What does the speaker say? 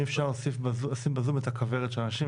בבקשה.